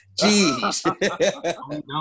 Jeez